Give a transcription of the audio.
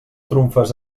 trumfes